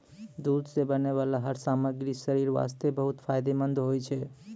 दूध सॅ बनै वाला हर सामग्री शरीर वास्तॅ बहुत फायदेमंंद होय छै